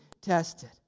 tested